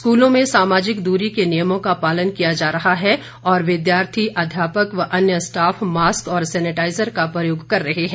स्कूलों में सामाजिक दूरी के नियमों का पालन किया जा रहा है और विद्यार्थी अध्यापक व अन्य स्टाफ मास्क और सैनेटाईजर का प्रयोग कर रहे हैं